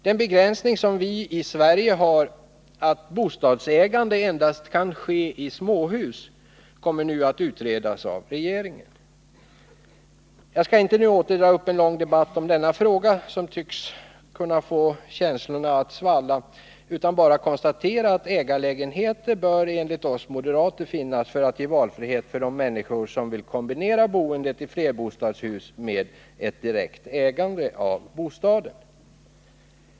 Den begränsning som vi i Sverige har, att bostadsägandet endast kan omfatta småhus, kommer nu att utredas av regeringen. Jag skall inte nu åter dra upp en lång debatt om denna fråga, som tycks kunna få känslorna att svalla, utan bara konstatera att ägarlägenheter bör finnas enligt oss moderater för att ge valfrihet för de människor som vill kombinera boendet i flerbostadshus med ett direkt ägande av bostaden.